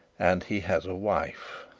and he has a wife.